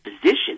position